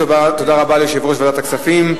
תודה ליושב-ראש ועדת הכספים,